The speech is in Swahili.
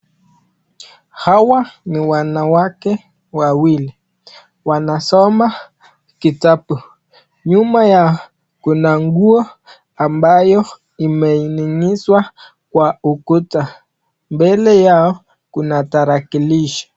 Hawa ni wanawake wawili, wanasoma kitabu. Nyuma yao kuna nguo ambayo imening'inizwa kwa ukuta. Mbele yao kuna tarakilishi.